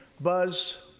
Buzz